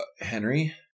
Henry